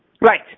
Right